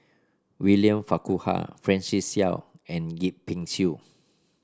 William Farquhar Francis Seow and Yip Pin Xiu